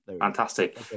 Fantastic